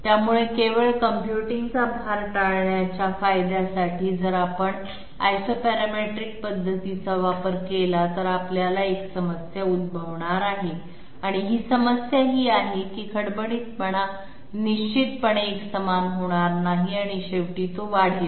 त्यामुळे केवळ कम्प्युटिंग चा भार टाळण्याच्या फायद्यासाठी जर आपण आयसोपॅरेमेट्रिक पद्धतीचा वापर केला तर आपल्याला एक समस्या उद्भवणार आहे आणि समस्या ही आहे की खडबडीतपणा निश्चितपणे एकसमान होणार नाही आणि शेवटी तो वाढेल